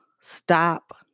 stop